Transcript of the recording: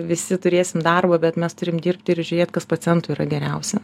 visi turėsim darbo bet mes turim dirbti ir žiūrėt kas pacientui yra geriausia